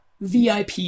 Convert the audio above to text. VIP